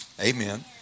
amen